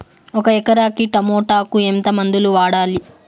ఒక ఎకరాకి టమోటా కు ఎంత మందులు వాడాలి?